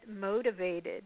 motivated